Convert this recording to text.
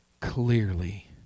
clearly